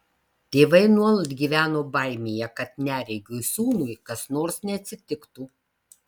tėvai nuolat gyveno baimėje kad neregiui sūnui kas nors neatsitiktų